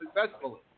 successfully